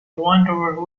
wanderer